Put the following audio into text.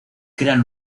crean